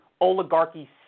oligarchy